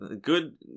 Good